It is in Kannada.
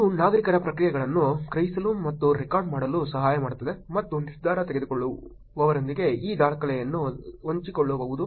ಇದು ನಾಗರಿಕರ ಪ್ರತಿಕ್ರಿಯೆಗಳನ್ನು ಗ್ರಹಿಸಲು ಮತ್ತು ರೆಕಾರ್ಡ್ ಮಾಡಲು ಸಹಾಯ ಮಾಡುತ್ತದೆ ಮತ್ತು ನಿರ್ಧಾರ ತೆಗೆದುಕೊಳ್ಳುವವರೊಂದಿಗೆ ಈ ದಾಖಲೆಗಳನ್ನು ಹಂಚಿಕೊಳ್ಳಬಹುದು